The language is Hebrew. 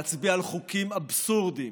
להצביע על חוקים אבסורדיים,